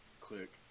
click